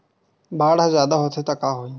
बाढ़ ह जादा होथे त का होही?